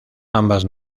ambas